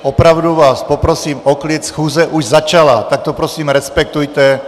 Opravdu vás poprosím o klid, schůze už začala, tak to prosím respektujte.